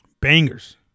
Bangers